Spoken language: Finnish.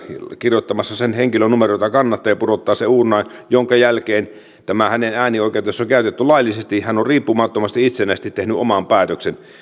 kirjoittamassa sen henkilön numero jota kannattaa ja pudottaa se lippu uurnaan minkä jälkeen jos tämä äänioikeus on käytetty laillisesti äänestäjä on riippumattomasti ja itsenäisesti tehnyt oman päätöksen niin